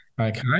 Okay